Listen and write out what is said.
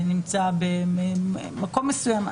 נמצא במקום מסוים,